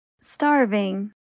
starving